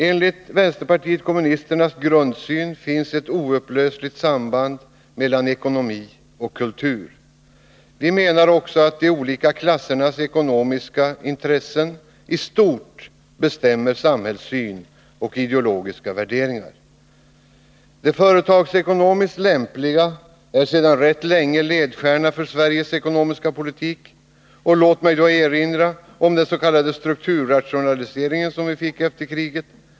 Enligt vänsterpartiet kommunisternas grundsyn finns det ett oupplösligt samband mellan ekonomi och kultur. Vi menar också att de olika klassernas ekonomiska intressen i stort bestämmer samhällssyn och ideologiska värderingar. Det företagsekonomiskt lämpliga är sedan rätt lång tid tillbaka ledstjärna för Sveriges ekonomiska politik. Låt mig erinra om den s.k. strukturrationaliseringen som vi fick efter kriget.